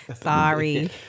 Sorry